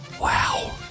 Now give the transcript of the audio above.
wow